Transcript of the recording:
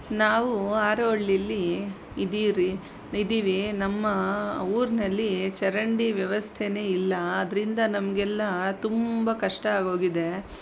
ನಾವು ಹಾರೋಹಳ್ಳೀಲಿ ಇದ್ದೀವಿ ರೀ ಇದ್ದೀವಿ ನಮ್ಮ ಊರಿನಲ್ಲಿ ಚರಂಡಿ ವ್ಯವಸ್ಥೆನೇ ಇಲ್ಲ ಅದರಿಂದ ನಮಗೆಲ್ಲ ತುಂಬ ಕಷ್ಟ ಆಗೋಗಿದೆ